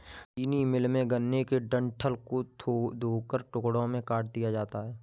चीनी मिल में, गन्ने के डंठल को धोकर टुकड़ों में काट दिया जाता है